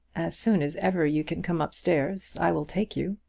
as soon as ever you can come up-stairs i will take you.